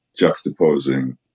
juxtaposing